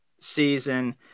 season